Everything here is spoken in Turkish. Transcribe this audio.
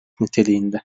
niteliğinde